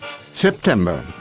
September